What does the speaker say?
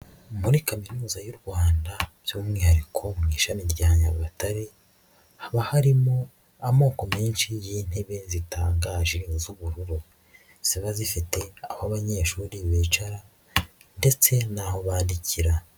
Muri Kaminuza y'u Rwanda by'umwihariko mu ishami rya Nyagatare, haba harimo amoko menshi y'intebe zitangaje z'ubururu, ziba zifite aho abanyeshuri bicara ndetse n'aho bandikira.